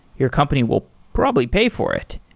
your company will probably pay for it,